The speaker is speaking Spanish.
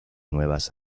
nuevas